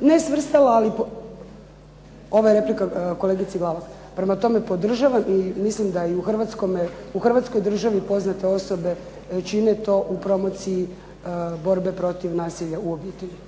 Ne svrstava. Ovo je replika kolegici Glavak. Prema tome, podržavam. Mislim da u Hrvatskoj državi poznate osobe čine to u promociji borbe protiv nasilja u obitelji.